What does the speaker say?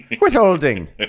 withholding